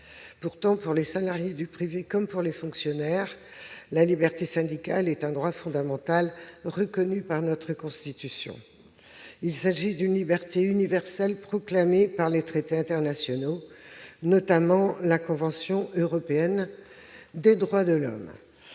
Pourtant, pour les salariés du privé comme pour les fonctionnaires, la liberté syndicale est un droit fondamental reconnu par la Constitution. Il s'agit d'une liberté universelle proclamée par les traités internationaux, notamment la Convention européenne des droits de l'homme.